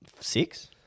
Six